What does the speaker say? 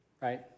right